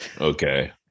Okay